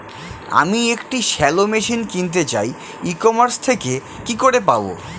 আমি একটি shallow machine কিনতে চাই ই কমার্স থেকে কি করে পাবো?